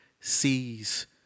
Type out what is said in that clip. sees